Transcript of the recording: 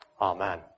Amen